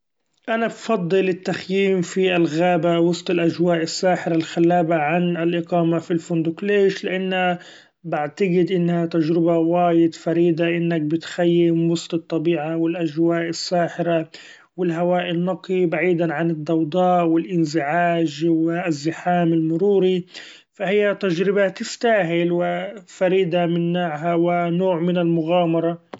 أنا بفضل التخييم في الغابة وسط الاچواء الساحرة الخلابة عن الاقامة في الفندق ليش؟ لأنا بعتقد إنها تچربة وايد فريدة إنك بتخيم وسط الطبيعة والاچواء الساحرة والهواء النقي بعيدا عن الضوضاء والإنزعاچ والزحام المروري، ف هي تجربة تستاهل و فريدة من نوعها و نوع من المغامرة.